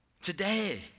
today